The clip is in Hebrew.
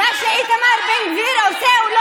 הממשלה שלה אתמול, הבנו.